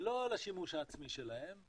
זה לא לשימוש עצמי שלהם,